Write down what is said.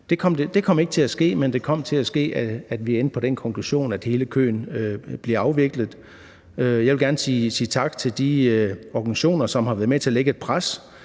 Det kom ikke til at ske, men det kom til at ske, at vi endte med den konklusion, at hele køen bliver afviklet. Jeg vil gerne sige tak til de organisationer, som har været med til at lægge et pres.